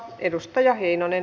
edustaja heinonen